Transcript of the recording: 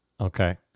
Okay